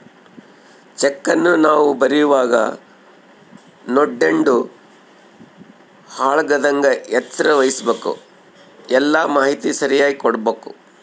ಚೆಕ್ಕನ್ನ ನಾವು ಬರೀವಾಗ ನೋಡ್ಯಂಡು ಹಾಳಾಗದಂಗ ಎಚ್ಚರ ವಹಿಸ್ಭಕು, ಎಲ್ಲಾ ಮಾಹಿತಿ ಸರಿಯಾಗಿ ಕೊಡ್ಬಕು